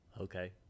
Okay